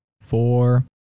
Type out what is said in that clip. four